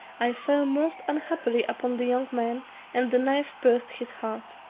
i fell most unhappily upon the young man and the knife pierced his heart.